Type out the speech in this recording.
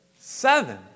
Seven